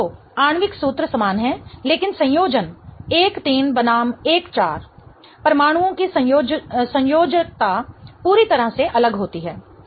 तो आणविक सूत्र समान है लेकिन संयोजन 13 बनाम 14 परमाणुओं की संयोजकता पूरी तरह से अलग होती है